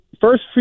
first